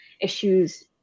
issues